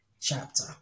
chapter